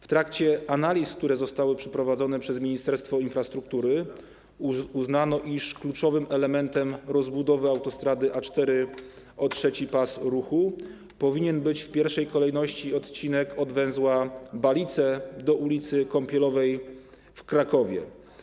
W trakcie analiz, które zostały przeprowadzone przez Ministerstwo Infrastruktury, uznano, iż kluczowym elementem rozbudowy autostrady A4 o trzeci pas ruchu powinien być w pierwszej kolejności odcinek od węzła Balice do ul. Kąpielowej w Krakowie.